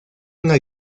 una